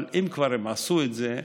אבל אם הם כבר עשו את זה,